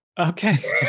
okay